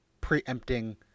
preempting